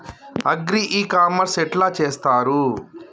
Agri e commerce ఎట్ల చేస్తరు?